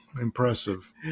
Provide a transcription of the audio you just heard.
Impressive